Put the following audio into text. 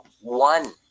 one